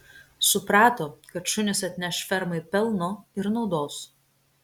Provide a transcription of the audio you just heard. suprato kad šunys atneš fermai pelno ir naudos